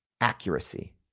accuracy